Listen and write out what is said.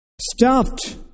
Stuffed